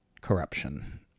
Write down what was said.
corruption